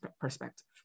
perspective